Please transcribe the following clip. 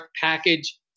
package